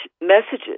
messages